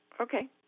Okay